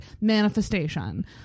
manifestation